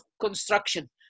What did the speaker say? construction